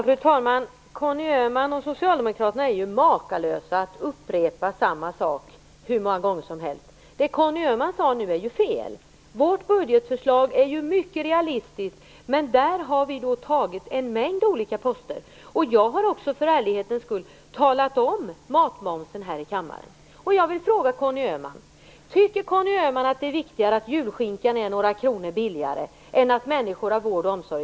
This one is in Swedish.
Fru talman! Conny Öhman och Socialdemokraterna är makalösa på att upprepa samma sak hur många gånger som helst. Vad Conny Öhman nyss sade är fel. Vårt budgetförslag är mycket realistiskt. Vi har där tagit en mängd olika poster. Jag har ärligt i denna kammare talat om matmomsen. Tycker Conny Öhman att det är viktigare att julskinkan är några kronor billigare än att människor i Sverige har vård och omsorg?